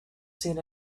seen